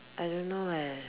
I don't know leh